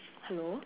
hello